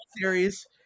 Series